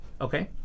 Okay